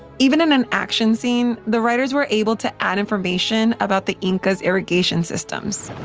even in an action scene, the writers were able to add information about the incas' irrigation systems